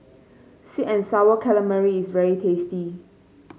sweet and sour calamari is very tasty